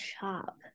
shop